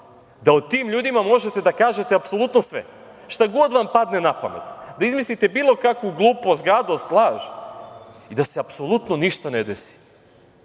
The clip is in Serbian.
da o tim ljudima možete da kažete apsolutno sve, šta god vam padne na pamet, da izmislite bilo kakvu glupost, gadost, laž i da se apsolutno ništa ne desi.